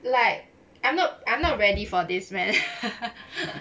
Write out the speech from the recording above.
like I'm not I'm not ready for this man